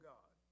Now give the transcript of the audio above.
God